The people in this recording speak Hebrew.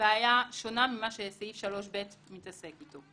בעיה שונה ממה שסעיף 3ב מתעסק איתה.